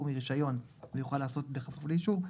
מרישיון והוא יוכל לעסוק בכפוף לאישור,